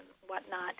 whatnot